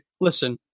Listen